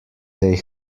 they